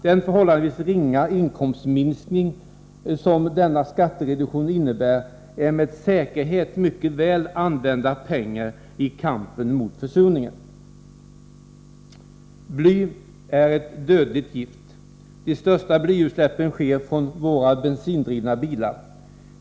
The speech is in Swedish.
Den förhållandevis ringa inkomstminskning som denna skattereduktion innebär är med säkerhet mycket väl använda pengar i kampen mot försurningen. Bly är ett dödligt gift. De största blyutsläppen sker från våra bensindrivna bilar.